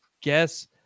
guess